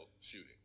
shooting